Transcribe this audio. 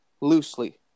loosely